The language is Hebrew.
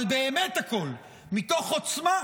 אבל באמת הכול, מתוך עוצמה,